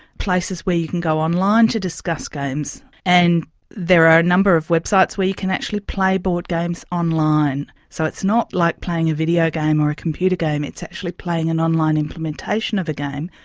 places where you can go online to discuss games. and there are a number of websites where you can actually play board games online. so it's not like playing a video game or a computer game, it's actually playing an online implementation of a game,